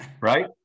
Right